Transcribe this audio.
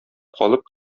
калып